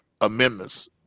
amendments